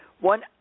One